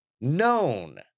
known